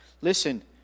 Listen